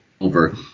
over